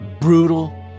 brutal